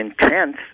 intense